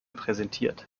präsentiert